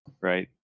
right